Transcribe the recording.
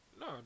No